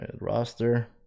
roster